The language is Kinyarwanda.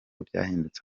byahindutse